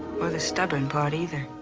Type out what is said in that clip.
or the stubborn part, either.